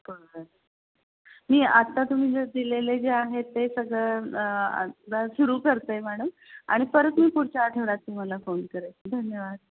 बरं मी आता तुम्ही जे दिलेले जे आहेत ते सगळं सुरू करते मॅडम आणि परत मी पुढच्या आठवड्यात तुम्हाला फोन करेन धन्यवाद